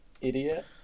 idiot